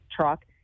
truck